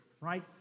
right